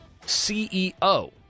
CEO